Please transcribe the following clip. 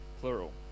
Plural